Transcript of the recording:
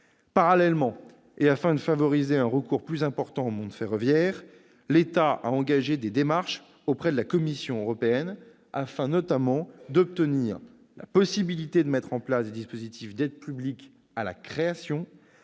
Parallèlement, et afin de favoriser un recours plus important au mode ferroviaire, l'État a engagé des démarches auprès de la Commission européenne afin notamment d'obtenir la possibilité de mettre en place des dispositifs d'aides publiques à la création,